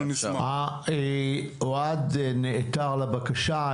אוהד נעתק לבקשה.